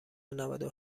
نودو